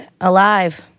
alive